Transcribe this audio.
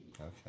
Okay